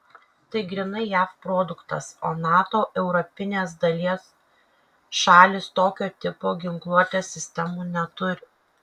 tai grynai jav produktas o nato europinės dalies šalys tokio tipo ginkluotės sistemų neturi